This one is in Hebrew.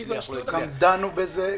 אנשים גם השקיעו --- גם דנו בזה,